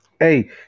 Hey